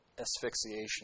asphyxiation